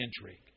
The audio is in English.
intrigue